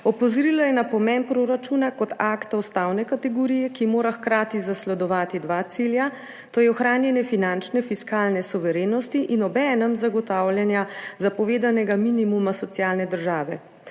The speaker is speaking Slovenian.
Opozorila je na pomen proračuna kot akta ustavne kategorije, ki mora hkrati zasledovati dva cilja – to je ohranjanje finančne, fiskalne suverenosti in obenem zagotavljanje zapovedanega minimuma socialne države.